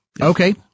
Okay